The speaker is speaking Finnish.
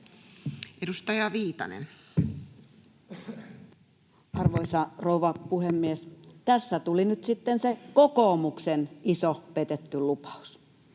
11:28 Content: Arvoisa rouva puhemies! Tässä tuli nyt sitten se kokoomuksen iso petetty lupaus.